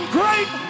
great